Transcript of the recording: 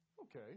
okay